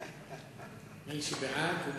מי שבעד, הוא